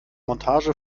montage